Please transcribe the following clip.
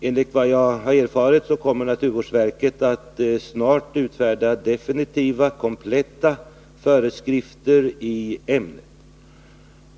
Enligt vad jag har erfarit kommer naturvårdsverket snart att utfärda definitiva kompletta föreskrifter i ämnet.